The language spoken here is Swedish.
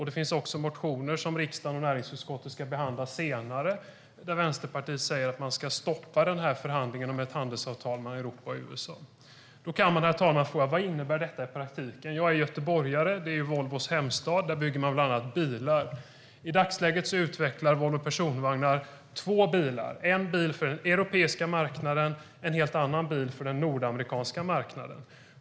Det finns också motioner som riksdagen och näringsutskottet ska behandla senare där Vänsterpartiet vill stoppa förhandlingen om ett handelsavtal mellan Europa och USA. Herr talman! Vad innebär detta i praktiken? Jag är göteborgare, och Göteborg är Volvos hemstad. Där bygger man bland annat bilar. I dagsläget utvecklar Volvo Personvagnar två bilar, en bil för den europeiska marknaden och en helt annan bil för den nordamerikanska marknaden.